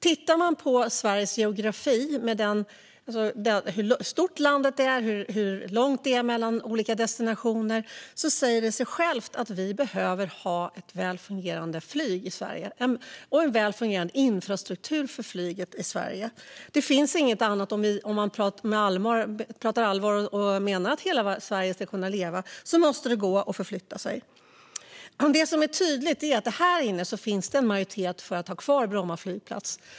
Tittar man på Sveriges geografi, hur stort landet är och hur långt det är mellan olika destinationer, ser man att det säger sig självt att vi behöver ha ett väl fungerande flyg och en väl fungerande infrastruktur för flyget i Sverige. Det finns inget annat alternativ om man på allvar menar att hela Sverige ska kunna leva. Man måste kunna förflytta sig. Här i riksdagen finns en tydlig majoritet för att ha kvar Bromma flygplats.